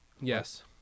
yes